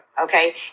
Okay